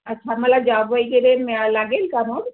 अच्छा मला जॉब वगैरे मिळा लागेल का मग